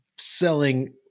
selling